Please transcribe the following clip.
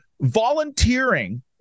volunteering